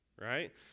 right